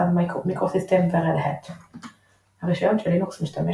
סאן מיקרוסיסטמס ו-Red Hat. הרישיון שלינוקס משתמש